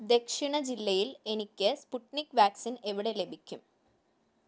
ദക്ഷിണ ജില്ലയിൽ എനിക്ക് സ്പുട്നിക് വാക്സിൻ എവിടെ ലഭിക്കും